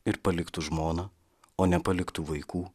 ir paliktų žmoną o nepaliktų vaikų